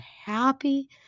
happy